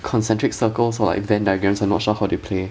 concentric circles or like venn diagrams I'm not sure how they play